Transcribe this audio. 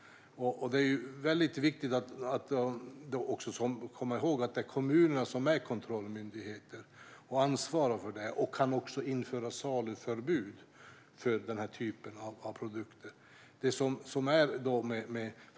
Det är väldigt viktigt att komma ihåg att det är kommunerna som är kontrollmyndigheter och ansvarar för det här. De kan också införa saluförbud för den här typen av produkter.